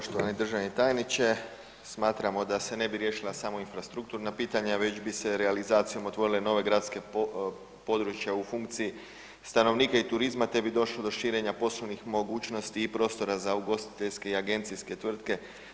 Poštovani državni tajniče, smatramo da se ne bi riješila samo infrastrukturna pitanja već bi se realizacijom otvorile nove …/nerazumljivo/… područja u funkciji stanovnika i turizma te bi došlo do širenja poslovnih mogućnosti i prostora za ugostiteljske i agencijske tvrtke.